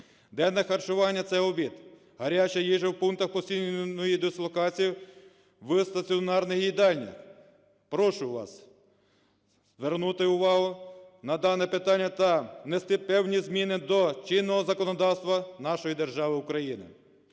Денне харчування – це обід, гаряча їжа у пунктах постійної дислокації в стаціонарній їдальні. Прошу вас звернути увагу на дане питання та внести певні зміни до чинного законодавства нашої держави України,